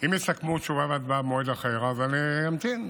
אם יסכמו תשובה והצבעה במועד אחר, אני אמתין.